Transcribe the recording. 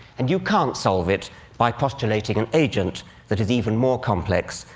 and you can't solve it by postulating an agent that is even more complex,